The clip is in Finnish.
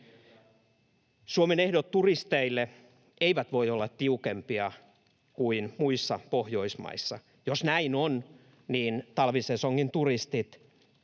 Suomen ehdot turisteille eivät voi olla tiukempia kuin muissa Pohjoismaissa. Jos näin on, niin talvisesongin turistit